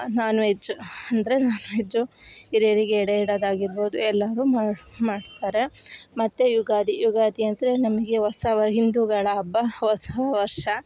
non veg ಅಂದರೆ non veg ಹಿರಿಯರಿಗೆ ಎಡೆ ಇಡೋದಾಗಿರ್ಬೋದು ಎಲ್ಲಾ ಮಾಡಿ ಮಾಡ್ತಾರೆ ಮತ್ತು ಯುಗಾದಿ ಯುಗಾದಿ ಅಂದರೆ ನಮಗೆ ಹೊಸ ವ ಹಿಂದುಗಳ ಹಬ್ಬ ಹೊಸ ವರ್ಷ